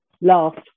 last